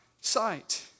sight